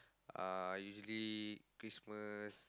uh usually Christmas